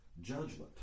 judgment